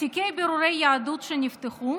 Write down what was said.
תיקי בירורי יהדות שנפתחו,